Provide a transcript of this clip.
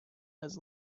has